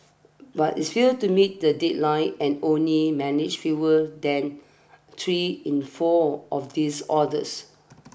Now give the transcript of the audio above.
but it's failed to meet the deadline and only managed fewer than three in four of these orders